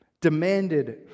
demanded